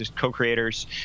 co-creators